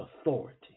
authority